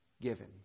given